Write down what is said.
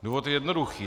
Důvod je jednoduchý.